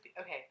okay